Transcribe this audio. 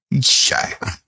shy